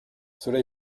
cela